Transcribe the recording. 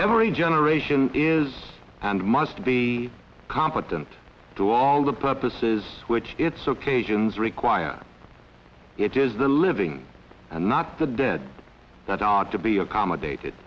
every generation is and must be confident to all the purposes which it's ok gins require it is the living and not the dead that ought to be accommodated